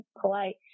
polite